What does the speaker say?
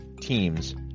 teams